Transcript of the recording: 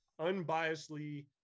unbiasedly